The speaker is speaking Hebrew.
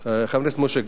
חברי הכנסת משה גפני,